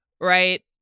right